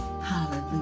Hallelujah